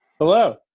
Hello